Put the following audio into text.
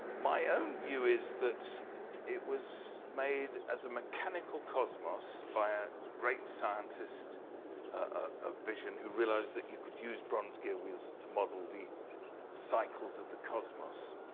my own view is that it was made as a mechanical cosmos by great scientists of ah vision who realized that you could use bronze-case wheels to model the cycles of the cosmos